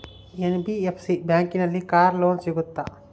NBFC ಬ್ಯಾಂಕಿನಲ್ಲಿ car loan ಸಿಗುತ್ತಾ?